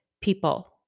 people